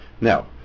Now